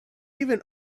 even